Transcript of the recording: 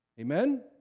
Amen